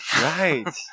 Right